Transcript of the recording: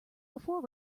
before